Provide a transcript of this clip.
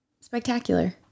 Spectacular